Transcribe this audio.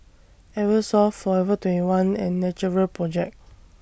Eversoft Forever twenty one and Natural Project